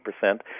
percent